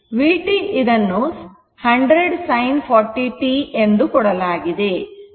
vt ಇದನ್ನು 100 sin 40 t ಎಂದು ಕೊಡಲಾಗಿದೆ